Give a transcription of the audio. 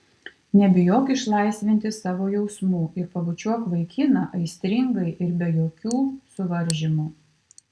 nebijok išlaisvinti savo jausmų ir pabučiuok vaikiną aistringai ir be jokių suvaržymų